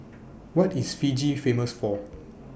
What IS Fiji Famous For